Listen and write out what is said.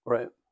Right